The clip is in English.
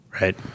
Right